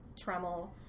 Tremel